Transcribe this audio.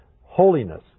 Holiness